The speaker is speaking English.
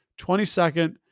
22nd